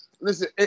listen